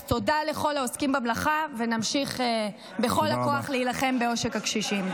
אז תודה לכל העוסקים במלאכה ונמשיך בכל הכוח להילחם בעושק הקשישים.